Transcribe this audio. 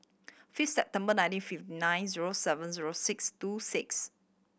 fifth December nineteen fifty nine zero seven zero six two six